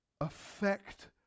affect